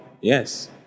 Yes